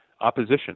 opposition